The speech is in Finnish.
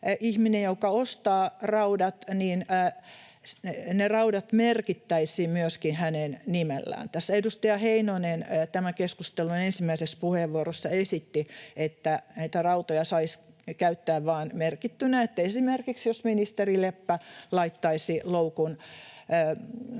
ihmiselle, joka ostaa raudat, ne raudat myöskin merkittäisiin hänen nimellään. Tässä edustaja Heinonen tämän keskustelun ensimmäisessä puheenvuorossa esitti, että näitä rautoja saisi käyttää vain merkittynä, niin että esimerkiksi, jos ministeri Leppä laittaisi loukun